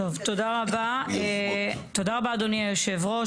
תודה רבה, אדוני היושב ראש.